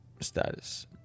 status